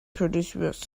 produce